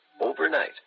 Overnight